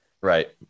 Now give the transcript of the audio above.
Right